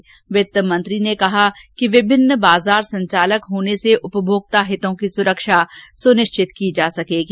श्री जेटली ने कहा कि विभिन्न बाजार संचालक होने से उपमोक्ता हितों की सुरक्षा सुनिश्चित की जा सकेगी